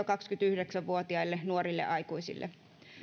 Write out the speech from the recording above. kaksikymmentäyhdeksän vuotiaille nuorille aikuisille